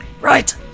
Right